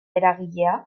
eragilea